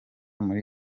muri